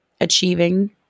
achieving